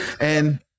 and-